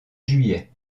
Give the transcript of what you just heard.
juillet